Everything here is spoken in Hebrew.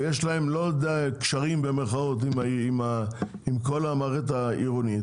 ויש להם "קשרים" עם כל המערכת העירונית